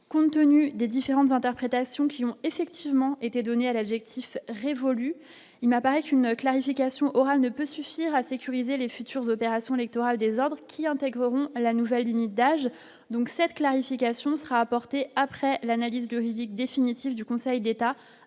compte tenu des différentes interprétations qui ont effectivement été donnée à l'adjectif révolu, il n'apparaît qu'une clarification Oral ne peut suffire à sécuriser les futurs opérations l'étoile désordres qui intégreront la nouvelle d'âge donc cette clarification sera apportée après l'analyse juridique définitive du Conseil d'État,